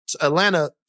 Atlanta